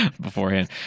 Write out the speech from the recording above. Beforehand